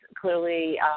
clearly